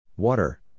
Water